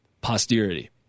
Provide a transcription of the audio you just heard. posterity